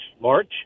March